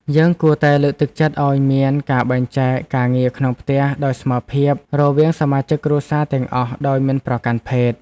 យើងគួរតែលើកទឹកចិត្តឱ្យមានការបែងចែកការងារក្នុងផ្ទះដោយស្មើភាពរវាងសមាជិកគ្រួសារទាំងអស់ដោយមិនប្រកាន់ភេទ។